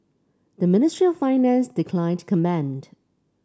the Ministry of Finance declined to comment